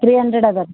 three hundred ಅದ ರೀ